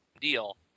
deal